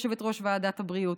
יושבת-ראש ועדת הבריאות,